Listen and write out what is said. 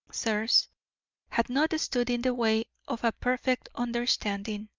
sirs had not stood in the way of a perfect understanding.